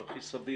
הוא תרחיש סביר,